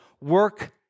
Work